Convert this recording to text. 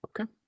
okay